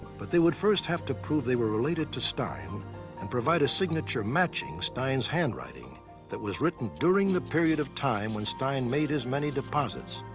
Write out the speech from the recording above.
but they would first have to prove they were related to stein and provide a signature matching stein's handwriting that was written during the period of time when stein made his many deposits.